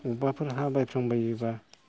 बबावबाफोर हा बायफ्रां बायोबा